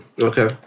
Okay